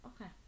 Okay